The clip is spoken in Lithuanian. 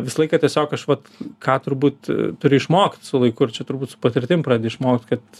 visą laiką tiesiog aš vat ką turbūt turi išmokt su laiku ir čia turbūt su patirtim pradedi išmokti kad